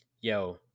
Yo